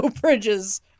Bridges